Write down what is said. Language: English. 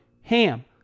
HAM